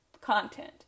content